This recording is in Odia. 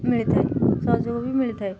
ମିଳିଥାଏ ସହଯୋଗ ବି ମିଳିଥାଏ